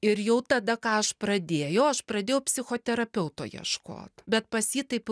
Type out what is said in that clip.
ir jau tada ką aš pradėjau aš pradėjau psichoterapeuto ieškot bet pas jį taip